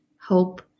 hope